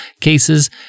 cases